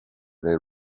they